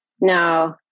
no